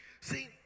See